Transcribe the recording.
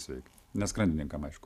sveika ne skrandininkam aišku